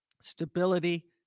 Stability